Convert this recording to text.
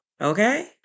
okay